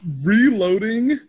reloading